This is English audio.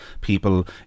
people